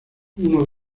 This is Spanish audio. uno